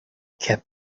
kept